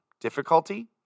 difficulty